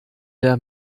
der